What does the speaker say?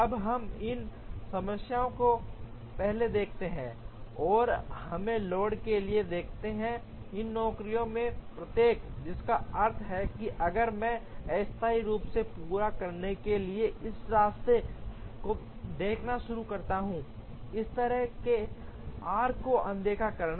अब हम इस समस्या को पहले देखते हैं संदर्भ समय 4352 और हमें लोड के लिए देखते हैं इन नौकरियों में से प्रत्येक जिसका अर्थ है कि अगर मैं अस्थायी रूप से पूरा करने के लिए इस रास्ते को देखना शुरू करता हूं इस तरह के आर्क्स को अनदेखा करना